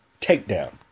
takedown